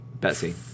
bessie